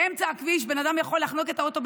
באמצע הכביש בן אדם יכול להחנות את האוטו,